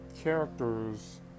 characters